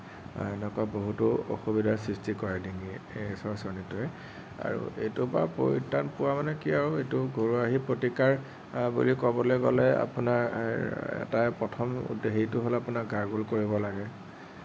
এনেকুৱা বহুতো অসুবিধাৰ সৃষ্টি কৰে ডিঙিৰ চৰচৰনিটোয়ে আৰু এইটোৰ পৰা পৰিত্ৰাণ পোৱা মানে কি আৰু এইটো ঘৰুৱা হেৰি প্ৰতিকাৰ বুলি ক'বলৈ গ'লে আপোনাৰ তাৰ প্ৰথম হেৰিটো হ'ল আপোনাৰ গাৰগল কৰিব লাগে